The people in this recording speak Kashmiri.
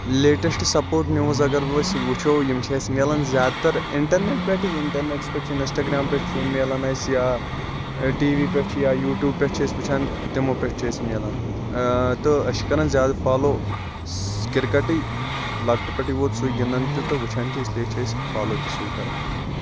لیٹیٚسٹ سپوٹ نِوٕز اگر أسۍ وٕچھو یِم چھِ اسہِ میلان زیادٕ تر اِنٹَرنیٹ پٮ۪ٹھٕے اِنٹَرنیٹَس پٮ۪ٹھ چھُ اِنسٹاگرٛامَس پٮ۪ٹھ چھُ میلان اسہِ یا ٹی وی پٮ۪ٹھ چھُ یا یوٗٹوٗب پٮ۪ٹھ چھِ أسۍ وٕچھان تِمو پٮ۪ٹھ چھُ اسہِ میلان آ تہٕ أسۍ چھ، کَران زیادٕ فولو سہٕ کِرکٹٕے لَکٹہِ پٮ۪ٹھٕے ووت سُے گِنٛدان تہِ تہٕ وٕچھان تہِ اِسلِییے چھِ أسۍ فولو تہِ سُے کَران